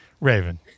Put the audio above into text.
Raven